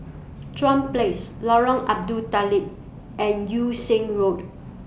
Chuan Place Lorong Abu Talib and Yung Sheng Road